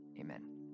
amen